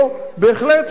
בהחלט מצב קשה,